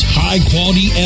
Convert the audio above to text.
high-quality